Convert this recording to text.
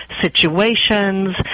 situations